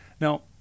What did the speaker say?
Now